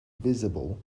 visible